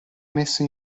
messo